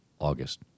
August